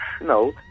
no